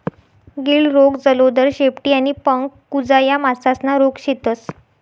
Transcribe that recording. गिल्ड रोग, जलोदर, शेपटी आणि पंख कुजा या मासासना रोग शेतस